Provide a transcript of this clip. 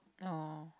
orh